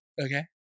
Okay